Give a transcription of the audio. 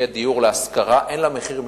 שיהיה עליה דיור להשכרה אין לה מחיר מינימום.